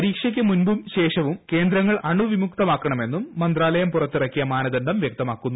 പരീക്ഷക്ക് മുമ്പും ശേഷവും കേന്ദ്രങ്ങൾ അണുവിമുക്തമാക്കണമെന്നും മന്ത്രാലയം പുറത്തിറക്കിയ മാനദണ്ഡം വ്യക്തമാക്കുന്നു